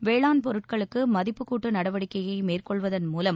வேளாண் பொருட்களுக்கு மதிப்புக் கூட்டு நடவடிக்கையை மேற்கொள்வதன் மூலம்